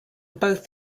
both